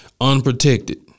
unprotected